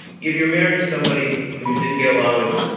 if you're married to somebody who you didn't get along with,